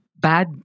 Bad